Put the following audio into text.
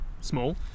small